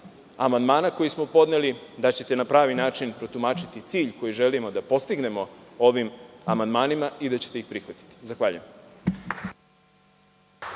amandmana koje smo podneli, da ćete na pravi način protumačiti cilj koji želimo da postignemo ovim amandmanima i da ćete ih prihvatiti. Zahvaljujem.